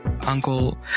uncle